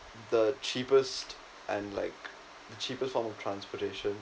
the cheapest and like the cheapest form of transportation